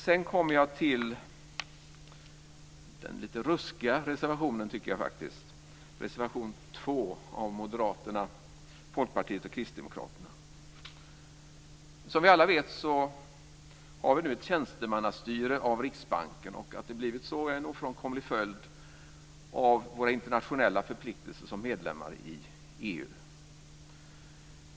Sedan kommer jag till den lite ruskiga reservationen - det tycker jag faktiskt - nämligen reservation 2 Som vi alla vet har vi nu ett tjänstemannastyre av Riksbanken. Att det har blivit så är en ofrånkomlig följd av våra internationella förpliktelser som medlemmar i EU.